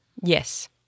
yes